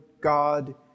God